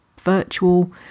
virtual